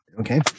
Okay